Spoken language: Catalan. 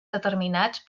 determinants